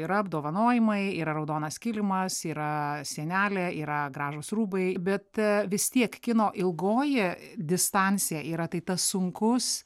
yra apdovanojimai yra raudonas kilimas yra sienelė yra gražūs rūbai bet vis tiek kino ilgoji distancija yra tai tas sunkus